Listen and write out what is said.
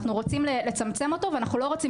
אנחנו רוצים לצמצם אותו ואנחנו לא רוצים